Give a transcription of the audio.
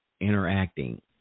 interacting